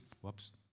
Whoops